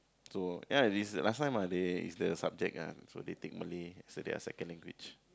so ya already last time are there is the subject only thing Malay so there are second language